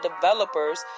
developers